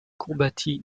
combattit